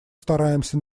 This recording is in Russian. стараемся